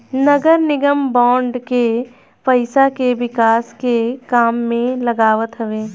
नगरनिगम बांड के पईसा के विकास के काम में लगावत हवे